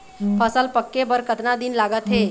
फसल पक्के बर कतना दिन लागत हे?